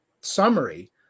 summary